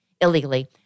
illegally